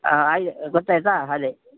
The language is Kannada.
ಹಾಂ ಹಾಗೆ ಗೊತ್ತಾಯ್ತಾ ಅದೇ